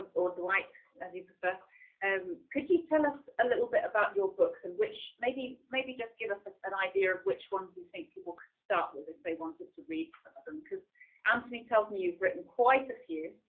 or dwight as you prefer um could you tell us a little bit about your books and which maybe maybe just give us an idea of which ones you think people could start with if they wanted to read some of them because anthony tells me you've written quite a few